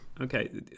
Okay